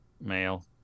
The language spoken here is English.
Male